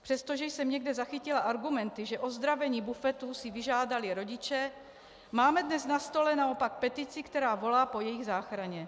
Přestože jsem někde zachytila argumenty, že ozdravení bufetů si vyžádali rodiče, máme dnes na stole naopak petici, která volá po jejich záchraně.